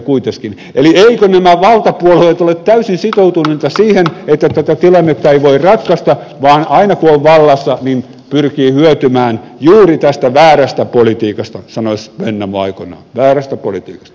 eli eivätkö nämä valtapuolueet ole täysin sitoutuneita siihen että tätä tilannetta ei voi ratkaista vaan aina kun on vallassa niin pyrkii hyötymään juuri tästä väärästä politiikasta sanoisi vennamo väärästä politiikasta